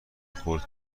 خرد